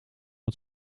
het